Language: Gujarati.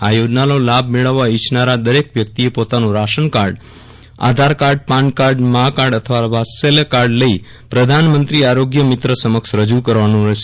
આ યોજનાનો લાભ મેળવવા ઈચ્છાનારા દરેક વ્યકિતએ પોતાનું ration card Aadhaar card PAN card Maa card અથવા વાત્સલ્ય કાર્ડ લઇ પ્રધાનમંત્રી આરોગ્ય મિત્ર સમક્ષરજુ કરવાનું રેહશે